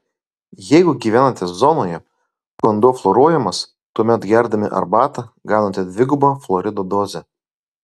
jeigu gyvenate zonoje kur vanduo fluoruojamas tuomet gerdami arbatą gaunate dvigubą fluorido dozę